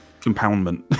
compoundment